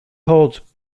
holds